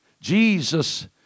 Jesus